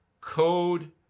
Code